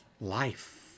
Life